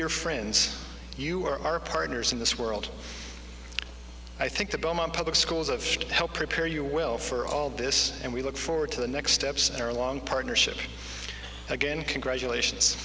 your friends you are our partners in this world i think the public schools of help prepare you well for all this and we look forward to the next steps are a long partnership again congratulations